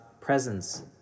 presence